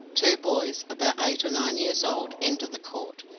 two boys about eight or nine years old entered the court,